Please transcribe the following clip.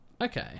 Okay